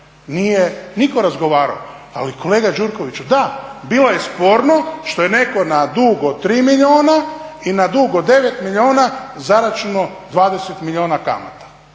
Nije nitko razgovarao, ali kolega Đurkoviću, da, bilo je sporno što je netko na dug od 3 milijuna i na dug od 9 milijuna zaračunao 20 milijuna kamata.